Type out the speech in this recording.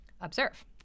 observe